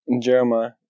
Jeremiah